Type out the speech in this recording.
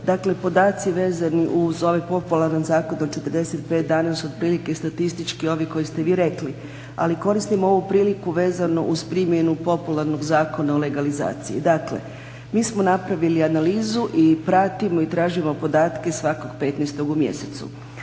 Dakle, podaci vezani uz ovaj popularan zakon od 45 dana su otprilike statički ovi koji ste vi rekli, ali koristim ovu priliku vezano uz primjenu popularnog Zakona o legalizaciji. Dakle, mi smo napravili analizu, i pratimo i tražimo podatke svakog 15 u mjesecu.